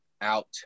Out